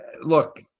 look